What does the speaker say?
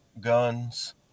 guns